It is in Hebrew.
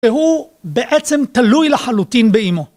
והוא בעצם תלוי לחלוטין באימו.